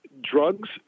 drugs